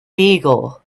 beagle